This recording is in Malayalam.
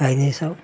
കഴിഞ്ഞ ദിവസം